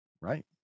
Right